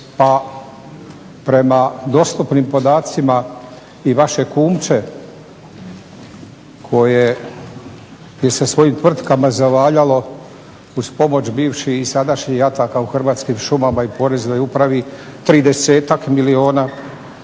pa prema dostupnim podacima i vaše kumče koje je sa svojim tvrtkama zavaljalo uz pomoć bivših i sadašnjih jataka u Hrvatskim šumama i Poreznoj upravi 30-ak milijuna